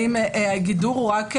האם הגידור הוא רק ניהולי,